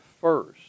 first